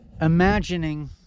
imagining